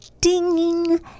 ding